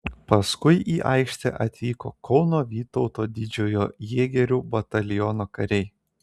paskui į aikštę atvyko kauno vytauto didžiojo jėgerių bataliono kariai